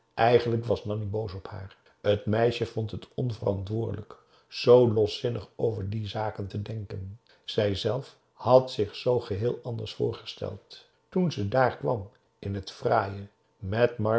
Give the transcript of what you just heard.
eigenlijk was nanni boos op haar t meisje vond het onverantwoordelijk zoo loszinnig over die zaken te denken zij zelf had het zich zoo geheel anders voorgesteld toen ze daar kwam in het fraaie met